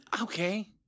Okay